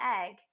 egg